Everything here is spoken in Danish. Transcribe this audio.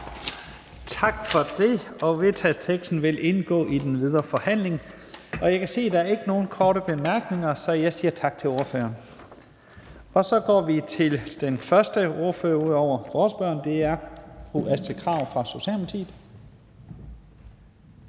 Tak for det. Forslaget til vedtagelse vil indgå i den videre forhandling. Jeg kan se, at der ikke er nogen korte bemærkninger, så jeg siger tak til ordføreren. Så går vi til den første ordfører ud over ordføreren for forespørgerne, og det er fru Astrid Krag fra Socialdemokratiet.